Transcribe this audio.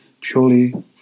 purely